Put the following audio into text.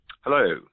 Hello